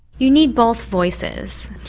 you need both voices.